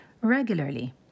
regularly